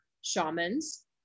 shamans